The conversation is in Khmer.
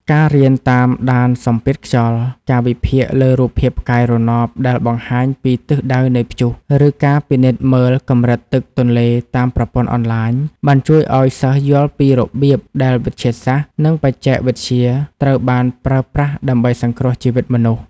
ការរៀនតាមដានសម្ពាធខ្យល់ ការវិភាគលើរូបភាពផ្កាយរណបដែលបង្ហាញពីទិសដៅនៃព្យុះ ឬការពិនិត្យមើលកម្រិតទឹកទន្លេតាមប្រព័ន្ធអនឡាញ បានជួយឱ្យសិស្សយល់ពីរបៀបដែលវិទ្យាសាស្ត្រ និងបច្ចេកវិទ្យាត្រូវបានប្រើប្រាស់ដើម្បីសង្គ្រោះជីវិតមនុស្ស។